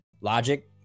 logic